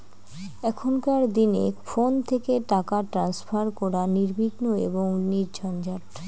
এখনকার দিনে ফোন থেকে টাকা ট্রান্সফার করা নির্বিঘ্ন এবং নির্ঝঞ্ঝাট